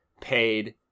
paid